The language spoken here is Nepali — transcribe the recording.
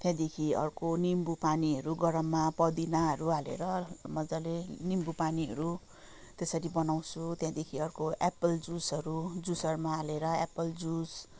त्यहाँदेखि अर्को निम्बुपानीहरू गरममा पुदिनाहरू हालेर मजाले निम्बुपानीहरू त्यसरी बनाउँछु त्यहाँदेखि अर्को एप्पल जुसहरू जुसरमा हालेर एप्पल जुस